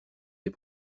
des